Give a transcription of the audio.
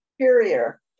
Superior